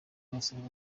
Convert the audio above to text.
barasabwa